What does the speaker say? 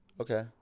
Okay